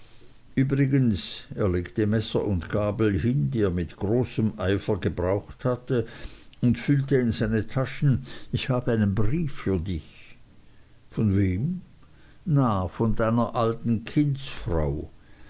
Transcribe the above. übrigens er legte messer und gabel hin die er mit großem eifer gebraucht hatte und fühlte in seine taschen ich habe einen brief für dich von wem na von deiner alten kindsfrau